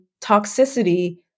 toxicity